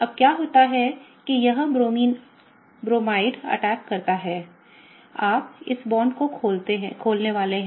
अब क्या होता जैसे ही यह Br ब्रोमाइड अटैक करता है आप इस बांड को खोलने वाले हैं